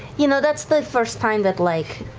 you know, that's the first time that, like,